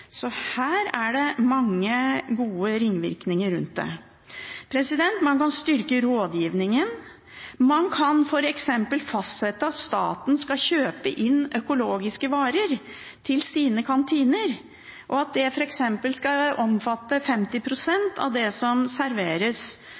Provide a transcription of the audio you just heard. Så her er det mange gode ringvirkninger rundt det. Man kan styrke rådgivningen. Man kan f.eks. fastsette at staten skal kjøpe inn økologiske varer til sine kantiner, og at det f.eks. skal omfatte 50